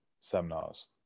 seminars